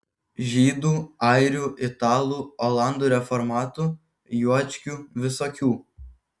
žydų airių italų olandų reformatų juočkių visokių